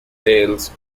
tales